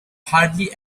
hardly